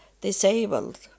disabled